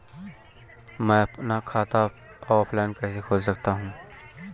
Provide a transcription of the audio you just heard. मैं अपना खाता ऑफलाइन कैसे खोल सकता हूँ?